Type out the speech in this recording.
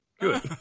good